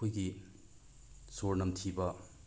ꯑꯩꯈꯣꯏꯒꯤ ꯁꯣꯔ ꯅꯝꯊꯤꯕ